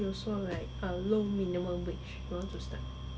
mmhmm something like that